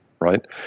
right